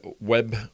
web